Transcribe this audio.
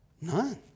None